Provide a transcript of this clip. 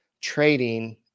trading –